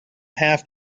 have